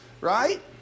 Right